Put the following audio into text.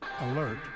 Alert